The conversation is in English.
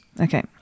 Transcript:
Okay